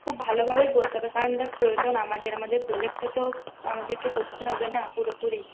খুব ভালো ভাবেই বলতে হবে কারন দেখ প্রয়োজন আমাদের আমাদের প্রোজেক্টটা তো আমাদেরকে করতে হবে না পুরোপুরি